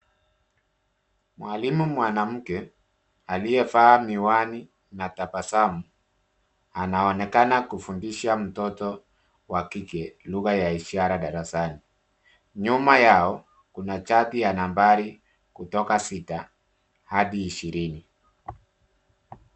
Mwalimu mwanamke aliyevaa miwani na tabasamu anaonekana kufundisha mtoto wa kike lugha ya ishara darasani. Nyuma yao kuna chati ya nambari kutoka sita hadi ishirini.